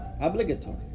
obligatory